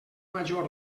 major